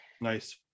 Nice